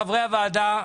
חברי הוועדה,